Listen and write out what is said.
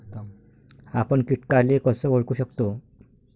आपन कीटकाले कस ओळखू शकतो?